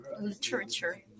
Literature